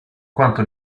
quanto